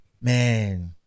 Man